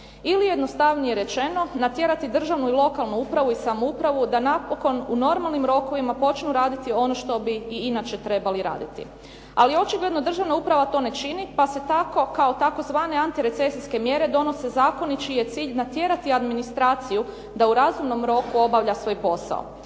Ili jednostavnije rečeno natjerati državnu i lokalnu upravu i samoupravu da napokon u normalnim rokovima počnu raditi ono što bi i inače trebali raditi. Ali očigledno državna uprava to ne čini pa se tako kao tzv. antirecesijske mjere donose zakoni čiji je cilj natjerati administraciju da u razumnom roku obavlja svoj posao.